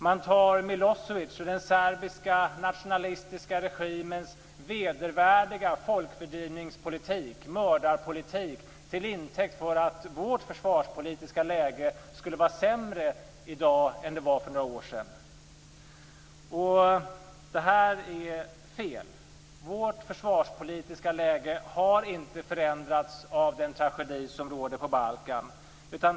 Man tar Milosevic och den serbiska nationalistiska regimens vedervärdiga folkfördrivningspolitik, mördarpolitik, till intäkt för att vårt försvarspolitiska läge skulle vara sämre i dag än det var för några år sedan. Det är fel. Vårt försvarspolitiska läge har inte förändrats av tragedin på Balkan.